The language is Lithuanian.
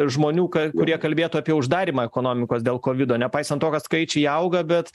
žmonių kurie kalbėtų apie uždarymą ekonomikos dėl kovido nepaisant to kad skaičiai auga bet